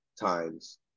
times